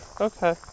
Okay